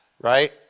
right